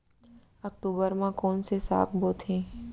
अक्टूबर मा कोन से साग बोथे?